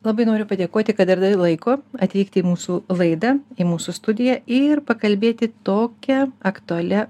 labai noriu padėkoti kad radai laiko atvykti į mūsų laidą į mūsų studiją ir pakalbėti tokia aktualia